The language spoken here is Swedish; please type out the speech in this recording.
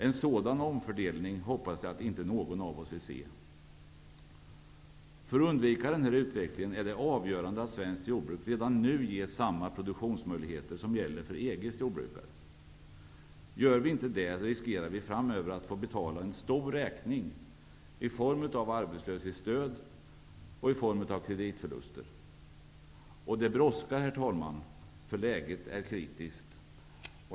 En sådan omfördelning hoppas jag att inte någon av oss vill se. För att undvika denna utveckling är det avgörande att vi redan nu ger svenskt jordbruk samma produktionsmöjligheter som gäller för EG:s jordbrukare. Om vi inte gör det, riskerar vi att framöver få betala en stor räkning i form av arbetslöshetsstöd och i form av kreditförluster. Och detta brådskar, herr talman, eftersom läget är kritiskt.